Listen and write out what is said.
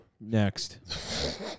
Next